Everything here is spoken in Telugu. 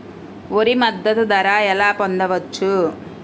వరి మద్దతు ధర ఎలా పొందవచ్చు?